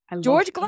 George